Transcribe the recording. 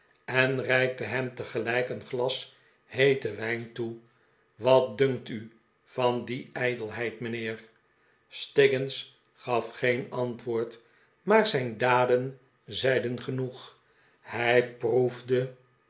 en reikte hem tegelijk een glas heeten wijn toe wat dimkt u van die ijdelheid mijnheer stiggins gaf geen antwoord maar zijn daden zeiden genoeg hij proefde